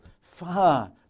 far